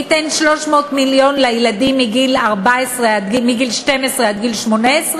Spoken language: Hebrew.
ניתן 300 מיליון לילדים מגיל 12 עד גיל 18,